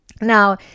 Now